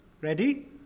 Ready